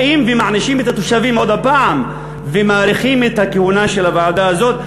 באים ומענישים את התושבים עוד הפעם ומאריכים את הכהונה של הוועדה הזאת.